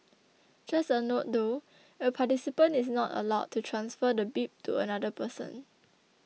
just a note though a participant is not allowed to transfer the bib to another person